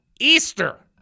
Easter